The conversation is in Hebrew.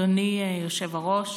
בבקשה, גברתי.